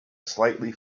slightly